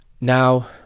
Now